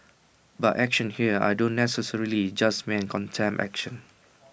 by action here I don't necessarily just mean contempt action